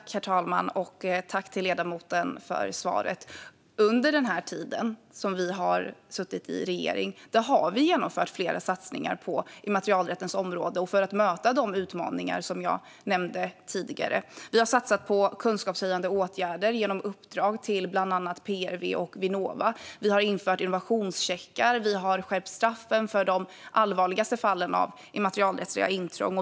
Herr talman! Tack till ledamoten för svaret! Under tiden som vi har suttit i regering har vi genomfört flera satsningar på immaterialrättens område för att möta de utmaningar som jag nämnde tidigare. Vi har satsat på kunskapsgivande åtgärder genom uppdrag till bland annat PRV och Vinnova. Vi har infört innovationscheckar. Vi har skärpt straffen för de allvarligaste fallen av immaterialrättsliga intrång.